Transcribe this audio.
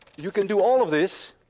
you can do all of this